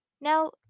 Now